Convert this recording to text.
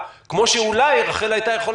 זו עדיין לא בעיה של רח"ל.